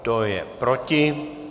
Kdo je proti?